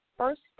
First